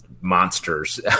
monsters